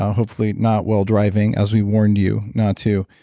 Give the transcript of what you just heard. um hopefully not while driving as we warned you not to.